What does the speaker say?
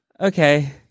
Okay